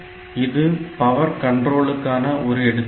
இது பவர் கண்ட்ரோளுக்கான ஒரு எடுத்துக்காட்டு